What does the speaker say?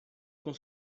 com